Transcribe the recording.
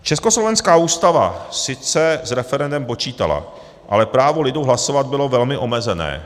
Československá ústava sice s referendem počítala, ale právo lidu hlasovat bylo velmi omezené.